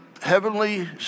heavenly